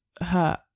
hurt